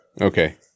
Okay